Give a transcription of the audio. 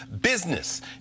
business